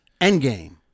endgame